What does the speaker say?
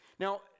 Now